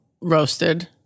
roasted